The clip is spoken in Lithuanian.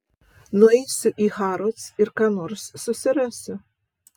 nueisiu į harrods ir ką nors susirasiu